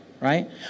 right